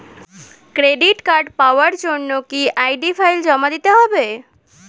Credit card পাওয়ার জন্য কি আই.ডি ফাইল জমা দিতে হবে?